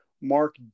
Mark